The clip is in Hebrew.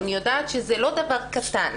יודעת שזה לא דבר קטן.